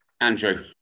Andrew